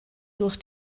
durch